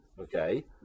okay